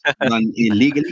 illegally